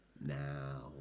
now